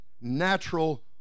natural